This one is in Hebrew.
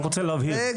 אני רוצה להבהיר,